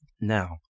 now